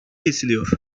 kesiliyor